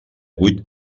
vuit